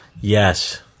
Yes